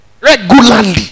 regularly